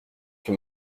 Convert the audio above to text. que